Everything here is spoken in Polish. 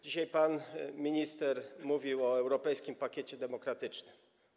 Dzisiaj pan minister mówił o europejskim pakiecie demokratycznym.